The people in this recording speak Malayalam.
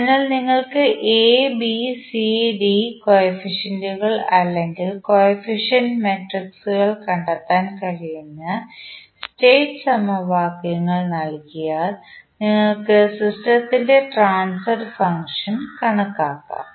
അതിനാൽ നിങ്ങൾക്ക് എ ബി സി ഡി കോയഫിഷ്യൻറ്റൂകൾ അല്ലെങ്കിൽ കോയഫിഷ്യൻഡ് മെട്രിക്സുകൾ കണ്ടെത്താൻ കഴിയുന്ന സ്റ്റേറ്റ് സമവാക്യങ്ങൾ നൽകിയാൽ നിങ്ങൾക്ക് സിസ്റ്റത്തിൻറെ ട്രാൻസ്ഫർ ഫംഗ്ഷൻ കണക്കാക്കാം